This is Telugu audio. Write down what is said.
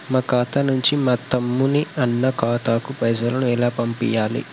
మా ఖాతా నుంచి మా తమ్ముని, అన్న ఖాతాకు పైసలను ఎలా పంపియ్యాలి?